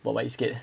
buat baik sikit